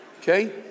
Okay